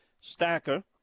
stacker